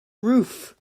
roof